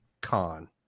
Khan